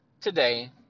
today